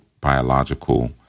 biological